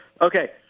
Okay